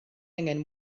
angen